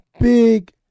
Big